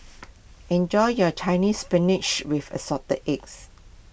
enjoy your Chinese Spinach with Assorted Eggs